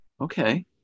Okay